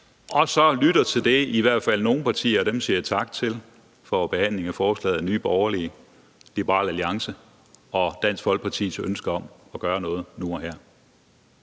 man lytte til det, i hvert fald nogle partier – og til dem siger jeg tak for behandlingen af forslaget – altså Nye Borgerlige, Liberal Alliance og Dansk Folkeparti, har et ønske om, nemlig at gøre noget nu og her.